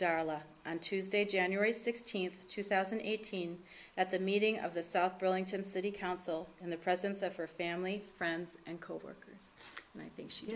darla on tuesday january sixteenth two thousand and eighteen at the meeting of the south burlington city council in the presence of her family friends and coworkers and i think she